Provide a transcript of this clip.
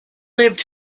lived